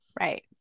Right